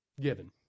given